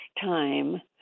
time